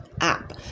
app